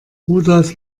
rudolf